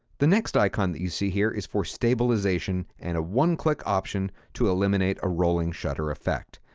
the next icon that you see here is for stabilization and a one-click option to eliminate a rolling shutter effect.